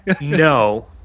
No